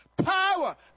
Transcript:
Power